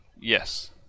Yes